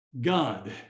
God